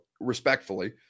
respectfully